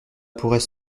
pourrait